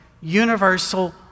universal